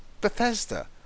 Bethesda